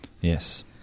Yes